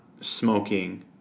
smoking